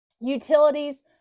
Utilities